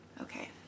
okay